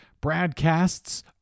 broadcasts